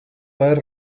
per